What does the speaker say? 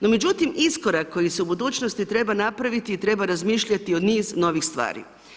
No međutim iskorak koji se u budućnosti treba napraviti i treba razmišljati o niz novih stvari.